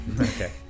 Okay